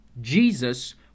Jesus